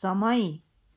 समय